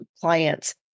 clients